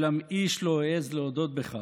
אולם איש לא העז להודות בכך,